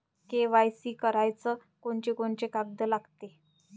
KYC कराच कोनचे कोनचे कागद लागते?